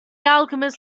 alchemist